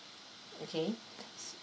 okay